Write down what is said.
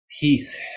peace